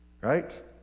right